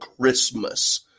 Christmas